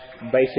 basic